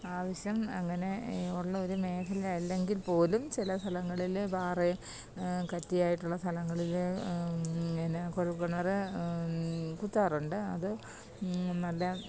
ആവശ്യം അങ്ങനെ ഉള്ളൊരു മേഖലയല്ലെങ്കില് പോലും ചില സ്ഥലങ്ങളിൽ പാറ കട്ടിയായിട്ടുള്ള സ്ഥലങ്ങളിൽ പിന്നാ കുഴല്ക്കിണർ കുത്താറുണ്ട് അത് നല്ല